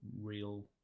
real